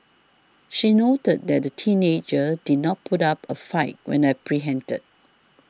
she noted that the teenager did not put up a fight when apprehended